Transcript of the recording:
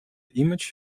image